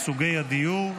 סוגי הדיור),